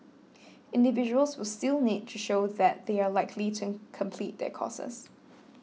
individuals will still need to show that they are likely to complete their courses